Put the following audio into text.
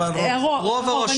הרוב.